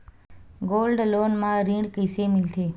Gold loan म ऋण कइसे मिलथे?